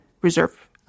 reserve